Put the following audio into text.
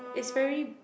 is very